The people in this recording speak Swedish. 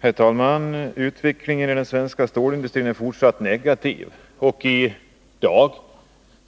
Herr talman! Utvecklingen i den svenska stålindustrin är fortsatt negativ. Den här dagen